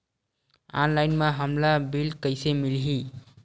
Online म हमला bill कइसे मिलही?